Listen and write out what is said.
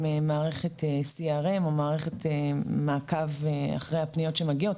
מערכת CRM או מערכת מעקב אחרי הפניות שמגיעות.